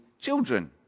children